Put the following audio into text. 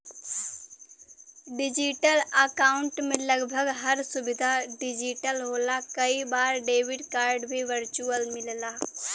digital account में लगभग हर सुविधा डिजिटल होला कई बार डेबिट कार्ड भी वर्चुअल मिलला